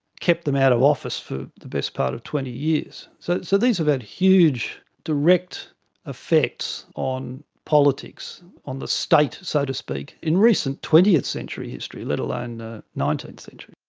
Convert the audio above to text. kept them out of office for the best part of twenty years. so so these have had huge direct effects on politics, on the state, so to speak, in recent twentieth century history, let alone nineteenth century.